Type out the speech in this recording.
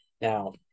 Now